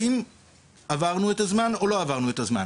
האם עברנו את הזמן או לא עברנו את הזמן?